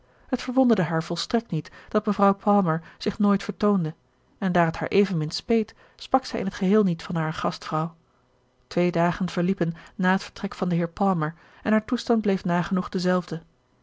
het verwonderde haar volstrekt niet dat mevrouw palmer zich nooit vertoonde en daar het haar evenmin speet sprak zij in t geheel niet van hare gastvrouw twee dagen verliepen na het vertrek van den heer palmer en haar toestand bleef nagenoeg dezelfde